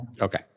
okay